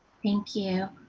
thank you.